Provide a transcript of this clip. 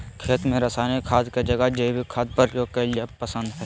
खेत में रासायनिक खाद के जगह जैविक खाद प्रयोग कईल पसंद हई